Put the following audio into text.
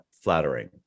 flattering